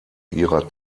ihrer